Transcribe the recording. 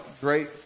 great